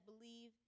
believe